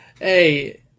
hey